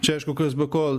čia aišku kas be ko